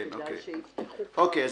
כן, אוקיי.